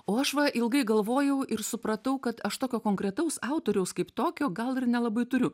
o aš va ilgai galvojau ir supratau kad aš tokio konkretaus autoriaus kaip tokio gal ir nelabai turiu